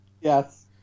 Yes